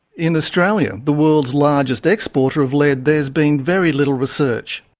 in australia, the world's largest exporter of lead, there's been very little research.